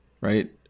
right